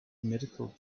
medical